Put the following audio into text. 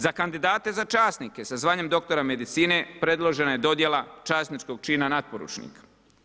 Za kandidate za časnike, sa zvanjem doktora medicine, predložena je donijela časničkog čina natporučnika.